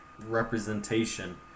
representation